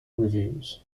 reviews